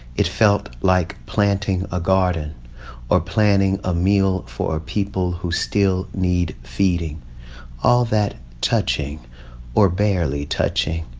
it felt like planting a garden or planning a meal for people who still need feeding all that touching or barely touching,